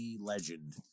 legend